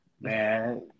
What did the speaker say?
man